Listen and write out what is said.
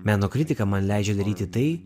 meno kritika man leidžia daryti tai